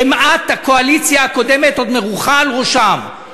חמאת הקואליציה הקודמת עוד מרוחה על ראשם,